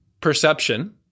perception